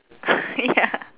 ya